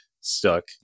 stuck